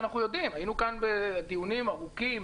היינו כאן בדיונים ארוכים,